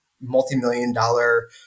multi-million-dollar